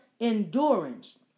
endurance